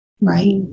right